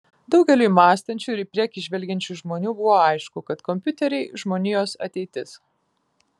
daugeliui mąstančių ir į priekį žvelgiančių žmonių buvo aišku kad kompiuteriai žmonijos ateitis